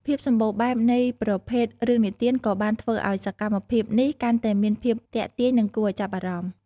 ភាពសម្បូរបែបនៃប្រភេទរឿងនិទានក៏បានធ្វើឱ្យសកម្មភាពនេះកាន់តែមានភាពទាក់ទាញ និងគួរឱ្យចាប់អារម្មណ៍។